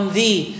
Thee